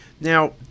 Now